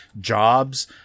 jobs